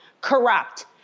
corrupt